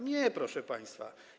Nie, proszę państwa.